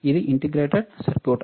ఇది integrated circuit